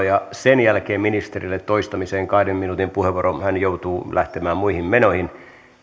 ja sen jälkeen ministerille toistamiseen kahden minuutin puheenvuoro hän joutuu lähtemään muihin menoihin